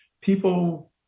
People